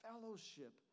fellowship